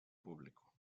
público